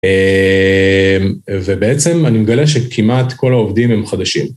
ובעצם אני מגלה שכמעט כל העובדים הם חדשים.